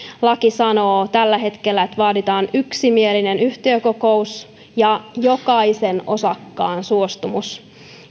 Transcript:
laki sanoo tällä hetkellä että vaaditaan yksimielinen yhtiökokous ja jokaisen osakkaan suostumus